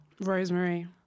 Rosemary